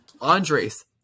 Andres